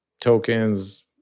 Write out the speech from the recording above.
tokens